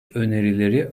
önerileri